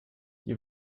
die